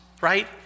right